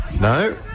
No